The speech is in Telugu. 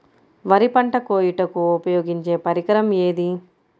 వరి పంట కోయుటకు ఉపయోగించే పరికరం ఏది?